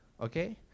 okay